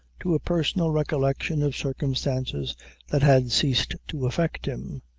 to a personal recollection of circumstances that had ceased to affect him.